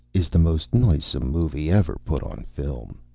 is the most noisome movie ever put on film.